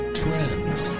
trends